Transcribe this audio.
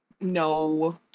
No